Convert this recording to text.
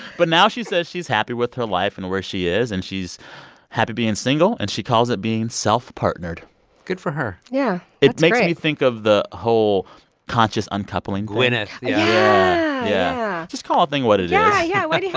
but now she says she's happy with her life and where she is and she's happy being single. and she calls it being self-partnered good for her yeah it makes me think of the whole conscious uncoupling gwyneth, yeah yeah. yeah just call a thing what it is yeah, yeah, why do you